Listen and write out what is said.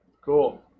Cool